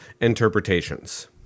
interpretations